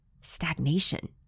stagnation